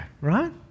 right